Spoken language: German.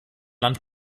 land